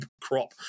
crop